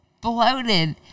Bloated